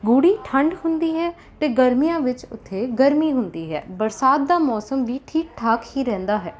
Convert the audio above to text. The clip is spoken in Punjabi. ਗੂੜ੍ਹੀ ਠੰਡ ਹੁੰਦੀ ਹੈ ਅਤੇ ਗਰਮੀਆਂ ਵਿਚ ਉੱਥੇ ਗਰਮੀ ਹੁੰਦੀ ਹੈ ਬਰਸਾਤ ਦਾ ਮੌਸਮ ਵੀ ਠੀਕ ਠਾਕ ਹੀ ਰਹਿੰਦਾ ਹੈ